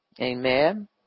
Amen